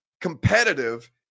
competitive